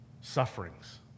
sufferings